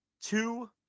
Two